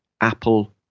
Apple